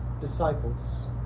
disciples